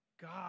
God